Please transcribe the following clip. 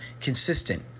consistent